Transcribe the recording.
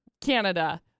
Canada